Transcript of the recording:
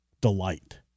delight